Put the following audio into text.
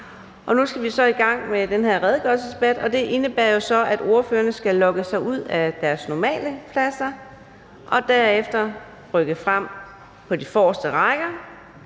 Nu skal vi i gang med den her redegørelsesdebat, og det indebærer, at ordførerne skal logge sig ud fra deres normale pladser og derefter rykke frem på de forreste rækker